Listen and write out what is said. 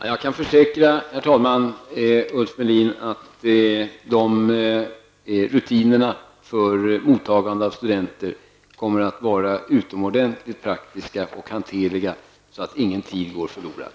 Herr talman! Jag kan försäkra Ulf Melin att rutinerna för godtagande av studenter kommer att vara utomordentligt praktiska och hanterliga, så att ingen tid går förlorad.